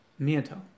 Miato